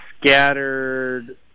Scattered